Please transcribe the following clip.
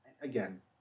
again